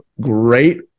great